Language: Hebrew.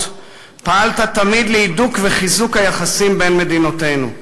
פעלת תמיד להידוק וחיזוק היחסים בין מדינותינו.